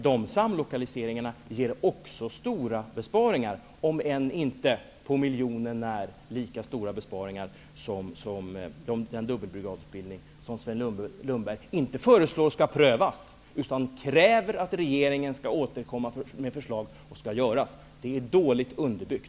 De samlokaliseringarna ger också stora besparingar, om än inte på miljonen när lika stora besparingar som den dubbelbrigadutbildning som Sven Lundberg inte föreslår skall prövas utan kräver att regeringen skall återkomma med förslag om hur den skall genomföras. Det är dåligt underbyggt.